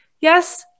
yes